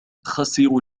خسروا